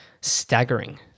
staggering